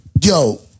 Yo